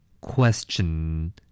Question